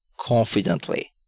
confidently